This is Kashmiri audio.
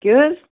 کہِ حظ